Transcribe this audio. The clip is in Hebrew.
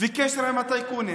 וקשר עם הטייקונים.